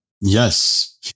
Yes